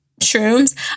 shrooms